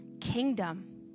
kingdom